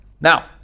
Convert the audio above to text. Now